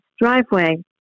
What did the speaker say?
driveway